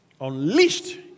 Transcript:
Unleashed